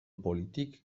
politic